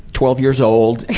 twelve years old.